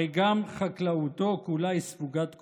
הרי גם חקלאותו כולה היא ספוגת קודש".